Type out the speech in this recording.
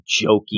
jokey